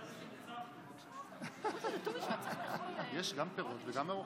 חבר הכנסת טיבי במתח: בעד,